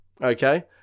Okay